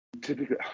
typically